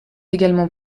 également